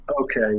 okay